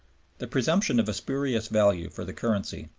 the presumption of a spurious value for the currency,